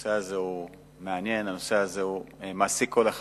שהנושא הזה מעניין ושהנושא הזה מעסיק כל אחד